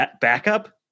backup